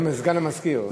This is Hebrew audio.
זה סגן המזכירה.